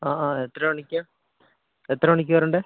ആ ആ എത്ര മണിക്കാണ് എത്ര മണിക്കാണ് വരേണ്ടത്